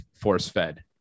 force-fed